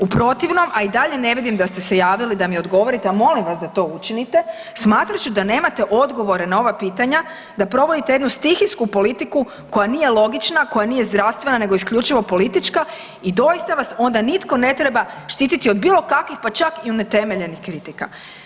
U protivnom, a i dalje ne vidim da ste se javili da mi odgovorite, a molim vas da to učinite, smatrat ću da nemate odgovore na ova pitanja, da provodite jednu stihijsku politiku koja nije logična, koja nije zdravstvena nego isključivo politička i doista vas onda nitko ne treba štitit od bilo kakvih i pa čak i neutemeljenih kritika.